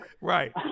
Right